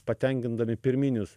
patenkindami pirminius